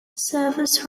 service